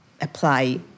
apply